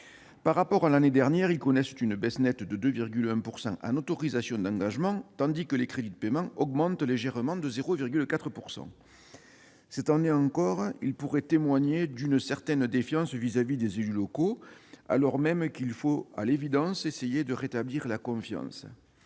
Par rapport à l'année dernière, ils connaissent une baisse nette de 2,1 % en autorisations d'engagement tandis qu'ils augmentent légèrement, de 0,4 %, en crédits de paiement. Cette année encore, ils semblent témoigner d'une certaine défiance vis-à-vis des élus locaux, alors même qu'il faudrait, à l'évidence, essayer de rétablir la confiance